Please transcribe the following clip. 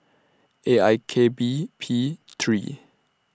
A I K B P three